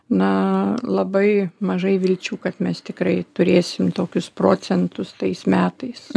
na labai mažai vilčių kad mes tikrai turėsim tokius procentus tais metais